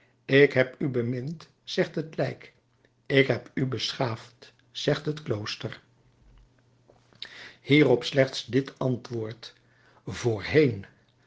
ik heb u bemind zegt het lijk ik heb u beschaafd zegt het klooster hierop slechts dit antwoord voorheen